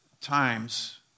times